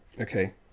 Okay